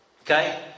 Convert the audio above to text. Okay